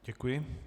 Děkuji.